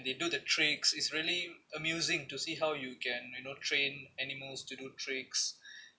they do the tricks it's really amusing to see how you can you know train animals to do tricks